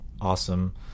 awesome